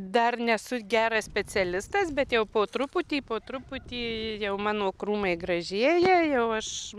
dar nesu geras specialistas bet jau po truputį po truputį jau mano krūmai gražėja jau aš